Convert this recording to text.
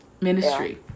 Ministry